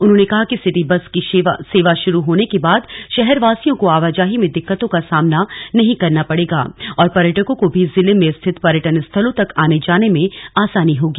उन्होंने कहा कि सिटी बस की सेवा शुरू होने के बाद शहर वासियों को आवाजाही में दिक्कतों का सामना नहीं करना पड़ेगा और पर्यटकों को भी जिले में स्थित पर्यटन स्थलों तक आने जाने में आसानी होगी